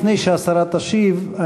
לפני שהשרה תשיב,